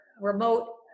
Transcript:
remote